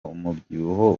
umubyibuho